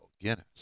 Guinness